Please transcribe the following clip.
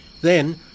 Then